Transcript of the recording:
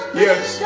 yes